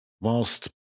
whilst